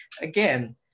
again